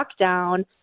lockdown